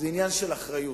זה עניין של אחריות.